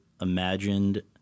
imagined